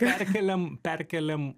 perkeliam perkeliam